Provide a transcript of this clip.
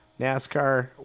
NASCAR